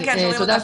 גב'.